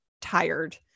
tired